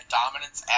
dominance